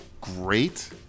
great